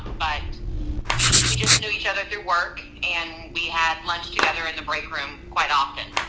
but we we just knew each other through work and we had lunch together in the break room quite often.